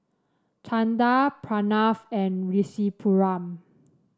Chanda Pranav and Rasipuram